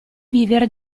vivere